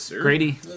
grady